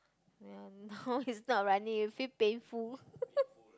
ya no it's not running you feel painful